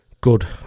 good